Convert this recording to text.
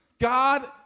God